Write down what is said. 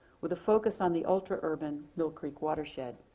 with a focus on the ultra urban mill creek watershed.